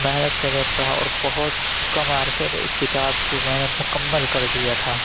محنت سے میں پڑھا اور بہت کم عرصے میں اِس کتاب کی میں نے مکمل کر دیا تھا